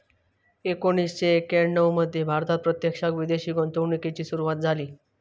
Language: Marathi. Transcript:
एकोणीसशे एक्याण्णव मध्ये भारतात प्रत्यक्षात विदेशी गुंतवणूकीची सुरूवात झाली